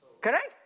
Correct